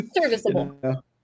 serviceable